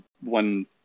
one